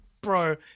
bro